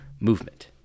movement